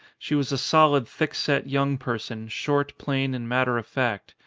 she was a solid, thick-set, young person, short, plain, and matter of fact.